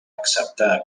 acceptar